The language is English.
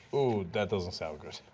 that doesn't sound good.